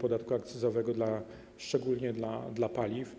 podatku akcyzowego, szczególnie jeżeli chodzi o paliwa.